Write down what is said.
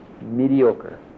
mediocre